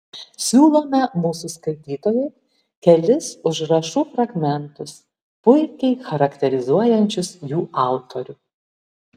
siūlome mūsų skaitytojui kelis užrašų fragmentus puikiai charakterizuojančius jų autorių